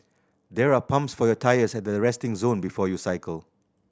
there are pumps for your tyres at the resting zone before you cycle